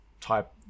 type